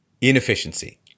inefficiency